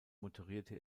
moderierte